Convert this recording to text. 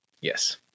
Yes